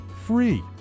free